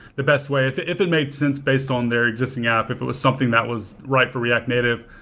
the best way. if if it made sense based on their existing app, if it was something that was right for react native,